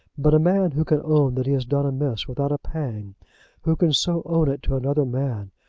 but a man who can own that he has done amiss without a pang who can so own it to another man,